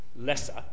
lesser